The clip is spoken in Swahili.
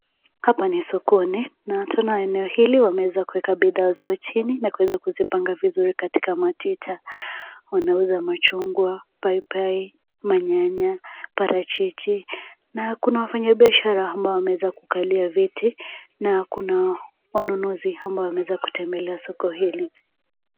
Hapa ni sokoni na tunaona eneo hili wameweza kuweka bidhaa zao chini na kuweza kuzipanga vizuri katika matita. Wanauza machungwa, paipai, manyanya, parachichi na kuna wafanyibiashara ambao wameweza kukalia viti na kuna wanunuzi ambao wameweza kutembelea soko hili.